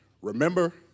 Remember